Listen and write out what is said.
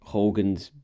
Hogan's